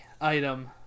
item